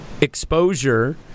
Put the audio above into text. exposure